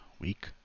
week